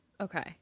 okay